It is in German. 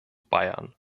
bayern